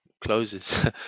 closes